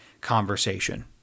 conversation